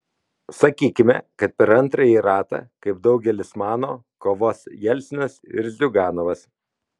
sakykime kad per antrąjį ratą kaip daugelis mano kovos jelcinas ir ziuganovas